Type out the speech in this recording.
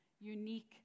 unique